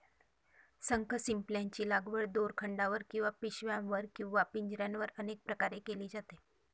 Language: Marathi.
शंखशिंपल्यांची लागवड दोरखंडावर किंवा पिशव्यांवर किंवा पिंजऱ्यांवर अनेक प्रकारे केली जाते